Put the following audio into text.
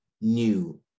new